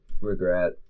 Regret